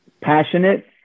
passionate